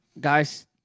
Guys